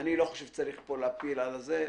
אני לא חושב שצריך פה להפיל את זה.